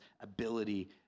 ability